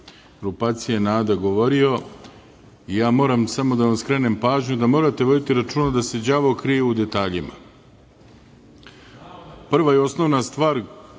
grupacije NADA govorio. Ja moram samo da vam skrenem pažnju da morate voditi računa da se đavo krije u detaljima. Prva i osnovna stvar